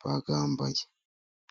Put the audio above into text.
bayambaye.